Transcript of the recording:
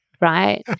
right